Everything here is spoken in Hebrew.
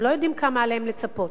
הם לא יודעים לכמה עליהם לצפות.